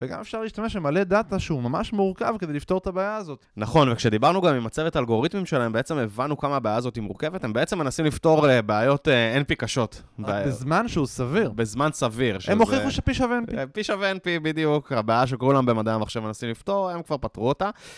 וגם אפשר להשתמש במלא דאטה שהוא ממש מורכב כדי לפתור את הבעיה הזאת. -נכון, וכשדיברנו גם עם הצוות האלגוריתמים שלהם, בעצם הבנו כמה הבעיה הזאת היא מורכבת, הם בעצם מנסים לפתור בעיות NP קשות. -בזמן שהוא סביר. -בזמן סביר. -הם הוכיחו ש-P שווה P .NP שווה NP בדיוק, הבעיה שכולם במדעי המחשב מנסים לפתור, הם כבר פתרו אותה.